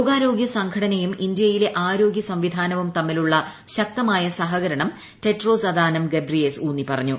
ലോകാരോഗൃ സംഘടനയും ഇന്ത്യയിലെ ആരോഗൃ സംവിധാനവും തമ്മിലുള്ള ശക്തമായ സഹകരണം ടെഡ്രോസ് അഥാനം ഗബ്രിയേസ് ഊന്നിപ്പറഞ്ഞു